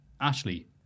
Ashley